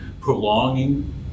prolonging